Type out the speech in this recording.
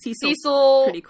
Cecil